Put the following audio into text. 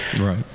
Right